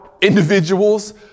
individuals